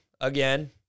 again